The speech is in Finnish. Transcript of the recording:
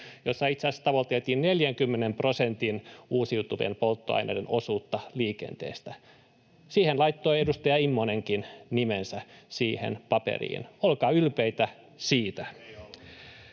jossa itse asiassa tavoiteltiin 40 prosentin uusiutuvien polttoaineiden osuutta liikenteessä. Siihen paperiin laittoi edustaja Immonenkin nimensä. Olkaa ylpeitä siitä.